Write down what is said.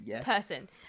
person